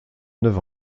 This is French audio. neuf